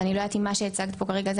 אז אני לא יודעת אם מה שהצגת פה כרגע זה